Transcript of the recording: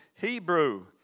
Hebrew